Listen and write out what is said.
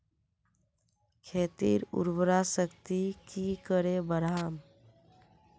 खेतीर उर्वरा शक्ति की करे बढ़ाम?